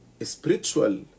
Spiritual